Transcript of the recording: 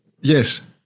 Yes